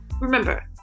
remember